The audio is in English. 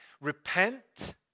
Repent